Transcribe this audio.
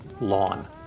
lawn